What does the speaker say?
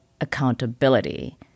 accountability